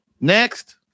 Next